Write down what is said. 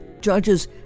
judges